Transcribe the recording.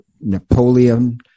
Napoleon